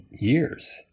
years